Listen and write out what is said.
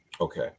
Okay